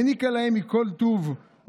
העניקה להם מכל טוב,